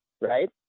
right